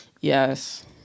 Yes